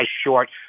short